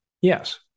Yes